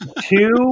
Two